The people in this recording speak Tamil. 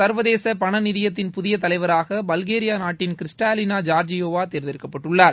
சர்வதேச பண நிதியத்தின் புதிய தலைவராக பல்கேரியா நாட்டின் கிரிஸ்டாலினா ஜார்ஜியேவா தேர்ந்தெடுக்கப்பட்டுள்ளார்